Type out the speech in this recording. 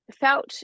felt